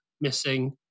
missing